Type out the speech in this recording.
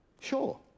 sure